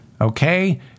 Okay